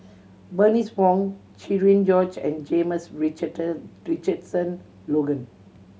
Bernice Wong Cherian George and James Richardson Logan